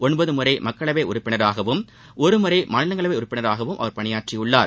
ஒன்பது முறை மக்களவை உறுப்பினராகவும் ஒரு முறை மாநிலங்களவை உறுப்பினராகவும் அவர் பணியாற்றியுள்ளார்